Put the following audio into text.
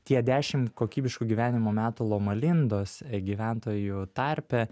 tie dešimt kokybiškų gyvenimo metų loma lindos gyventojų tarpe